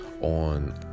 on